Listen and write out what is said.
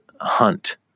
hunt